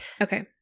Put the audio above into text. Okay